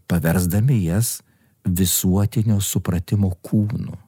paversdami jas visuotinio supratimo kūnu